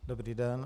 Dobrý den.